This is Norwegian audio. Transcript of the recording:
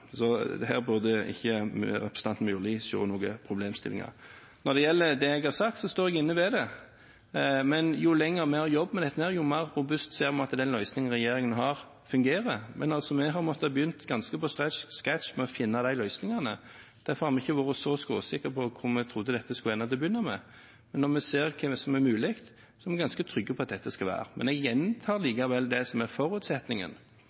så det er oppklart. Her burde ikke representanten Myrli se noen problemstillinger. Når det gjelder det jeg har sagt, står jeg ved det. Men jo lenger vi har jobbet med dette, jo mer robust ser vi at den løsningen regjeringen har, fungerer. Men vi har altså måttet begynne ganske på scratch med å finne de løsningene. Derfor har vi ikke vært så skråsikre på hvor vi trodde dette skulle ende til å begynne med. Men når vi ser hva som er mulig, er vi ganske trygge på at dette skal vi gjøre. Men jeg gjentar likevel det som er forutsetningen,